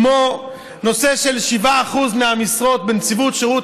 כמו נושא של 7% מהמשרות בנציבות שירות